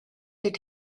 did